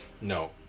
No